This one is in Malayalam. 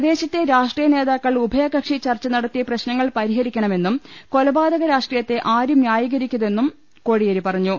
പ്രദേശത്തെ രാഷ്ട്രീയ നേതാക്കൾ ഉഭയകക്ഷി ചർച്ച നടത്തി പ്രശ്നങ്ങൾ പരിഹരിക്കണമെന്നും കൊലപാതക രാഷ്ട്രീയത്തെ ആരും ന്യായീകരിക്കരുതെന്നും കോടിയേരി പറഞ്ഞു